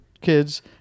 kids